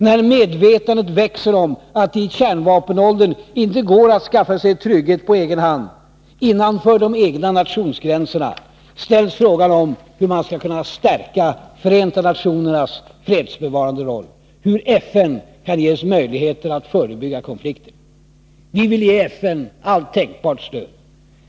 När medvetandet växer om att det i kärnvapenåldern inte går att skaffa sig trygghet på egen hand, innanför de egna nationsgränserna, ställs frågan hur man skall kunna stärka Förenta nationernas fredsbevarande roll, hur FN kan ges möjligheter att förebygga konflikter. Vi vill ge FN allt tänkbart stöd.